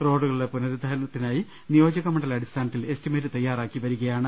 റോഡുകളുടെ പുനരുദ്ധാരണത്തിനായി നിയോജക മണ്ഡല അടിസ്ഥാനത്തിൽ എസ്റ്റിമേറ്റ് തയ്യാ റാക്കി വരികയാണ്